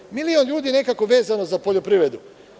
Dakle, milion ljudi nekako vezano za poljoprivredu.